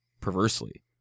perversely